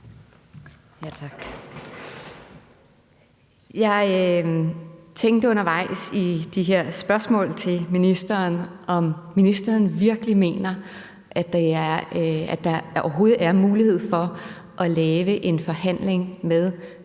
Jeg tænkte undervejs i forbindelse med de her spørgsmål til ministeren, om ministeren virkelig mener, at der overhovedet er en mulighed for at lave en forhandling med